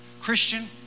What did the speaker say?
Christian